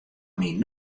myn